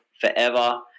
forever